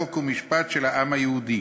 חוק ומשפט של העם היהודי.